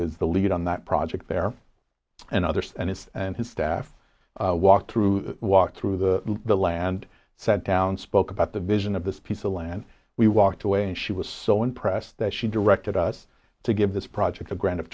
is the lead on that project there and others and his and his staff walked through walk through the land sat down and spoke about the vision of this piece of land we walked away and she was so impressed that she directed us to give this project a gran